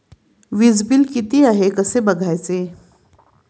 वीजचे बिल किती आहे कसे बघायचे?